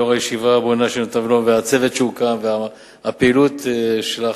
לאור הישיבה הבונה והצוות שהוקם והפעילות שלך,